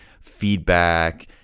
feedback